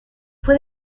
fue